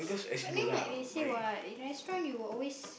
but then like they say what in restaurant you will always